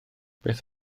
beth